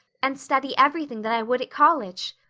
and study everything that i would at college.